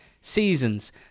season's